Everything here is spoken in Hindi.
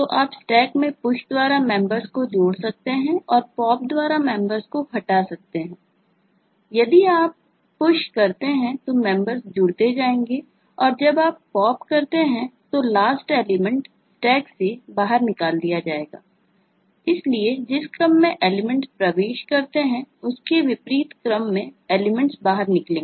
आपको पता है कि यह LIFO बाहर निकलेंगे